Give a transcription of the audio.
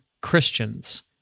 Christians